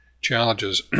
challenges